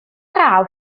draw